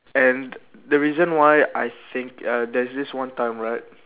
and the reason why I think uh there's this one time right